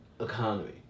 economy